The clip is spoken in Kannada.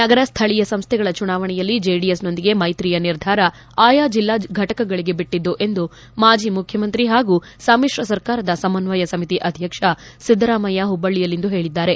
ನಗರ ಸ್ಥಳೀಯ ಸಂಸ್ಥೆಗಳ ಚುನಾವಣೆಯಲ್ಲಿ ಜೆಡಿಎಸ್ನೊಂದಿಗೆ ಮೈತ್ರಿಯ ನಿರ್ಧಾರ ಆಯಾ ಜಿಲ್ಲಾ ಫಟಕಗಳಿಗೆ ಬಿಟ್ಟಿದ್ದು ಎಂದು ಮಾಜಿ ಮುಖ್ಯಮಂತ್ರಿ ಹಾಗೂ ಸಮಿತ್ರ ಸರ್ಕಾರದ ಸಮನ್ವಯ ಸಮಿತಿ ಅಧ್ಯಕ್ಷ ಸಿದ್ದರಾಮಯ್ಯ ಹುಬ್ಬಳ್ಳಿಯಲ್ಲಿಂದು ಹೇಳಿದ್ದಾರೆ